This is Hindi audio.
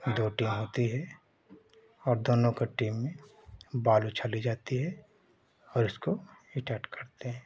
दो टीम होती है और दोनों कि टीमों में बाल उछाली जाती है और इसको इस्टार्ट करते हैं